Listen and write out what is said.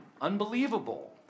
unbelievable